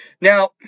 Now